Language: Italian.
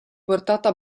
portata